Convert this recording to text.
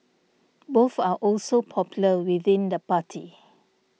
both are also popular within the party